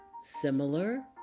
similar